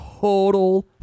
total